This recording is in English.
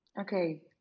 Okay